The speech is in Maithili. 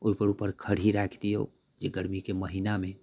ओइके उपर खड़ही राखि दियौ जे गरमीके महीनामे